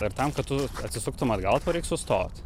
ir tam kad tu atsisuktum atgal tau reik sustot